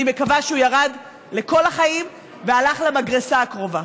אני מקווה שהוא ירד לכל החיים והלך למגרסה הקרובה.